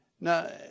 Now